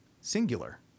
singular